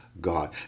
God